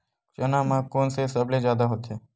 चना म कोन से सबले जादा होथे?